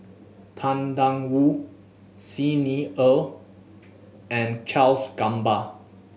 Tang Da Wu Xi Ni Er and Charles Gamba